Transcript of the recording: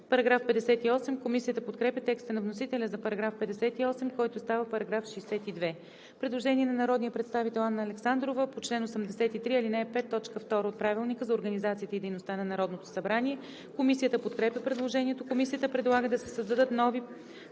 става § 61. Комисията подкрепя текста на вносителя за § 58, който става § 62. Предложение на народния представител Анна Александрова по чл. 83, ал. 5, т. 2 от Правилника за организацията и дейността на Народното събрание. Комисията подкрепя предложението. Комисията предлага да се създадат нови